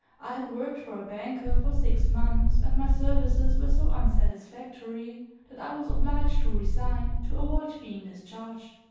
i had worked for a banker for six months and my services were so unsatisfactory that i was obliged to resign to avoid being discharged.